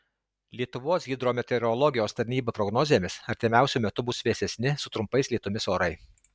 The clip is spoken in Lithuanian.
lietuvos hidrometeorologijos tarnyba prognozėmis artimiausiu metu bus vėsesni su trumpais lietumis orai